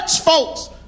folks